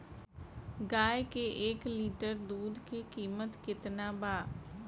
गाय के एक लिटर दूध के कीमत केतना बा?